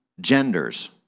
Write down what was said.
genders